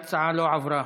ההצעה לא עברה.